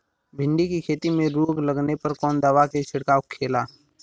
भिंडी की खेती में रोग लगने पर कौन दवा के छिड़काव खेला?